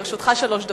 לרשותך שלוש דקות.